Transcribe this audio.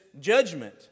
judgment